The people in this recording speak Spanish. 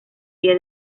pie